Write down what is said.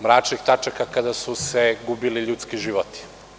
Mračnih tačaka kada su se gubili ljudski životi.